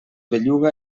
belluga